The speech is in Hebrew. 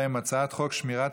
הצעת החוק הראשונה: הצעת חוק שמירת